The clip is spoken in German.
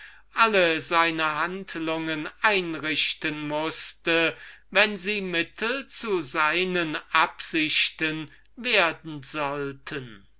alle seine handlungen einrichten mußte wenn sie mittel zu seinen absichten werden sollten